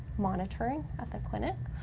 monitoring at the clinic.